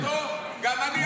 הייתה פה פעם כנסת עם הרבה כבוד.